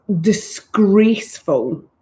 disgraceful